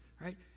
right